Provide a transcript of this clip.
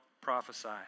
prophesy